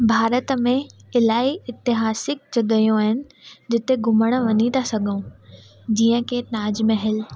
भारत में इलाही एतिहासिक जॻहियूं आहिनि जिते घुमणु वञी थ सघूं जीअं की ताजमहल